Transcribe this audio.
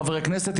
כחברי כנסת,